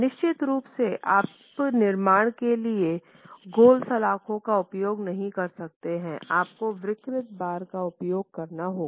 निश्चित रूप से आप निर्माण के लिए गोल सलाख़ों का उपयोग नहीं कर सकते आपको विकृत बार का उपयोग करना होगा